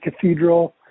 cathedral